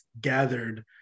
gathered